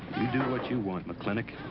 you do what you want, mclintock.